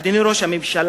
אדוני ראש הממשלה,